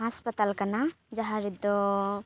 ᱦᱟᱥᱯᱟᱛᱟᱞ ᱠᱟᱱᱟ ᱡᱟᱦᱟᱸ ᱨᱮᱫᱚ